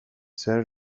zer